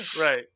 Right